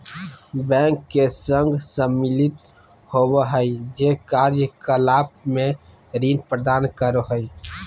bank के संघ सम्मिलित होबो हइ जे कार्य कलाप में ऋण प्रदान करो हइ